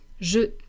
Je